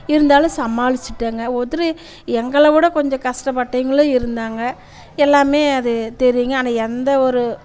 இருந்தாலும் சமாளிச்சி விட்டங்க ஒருத்தர் எங்களை விட கொஞ்சம் கஷ்டபட்டவைங்களும் இருந்தாங்க எல்லாமே அது தெரியுங்க ஆனால் எந்த ஒரு